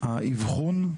והאבחון.